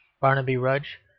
barnaby rudge,